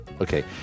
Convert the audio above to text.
Okay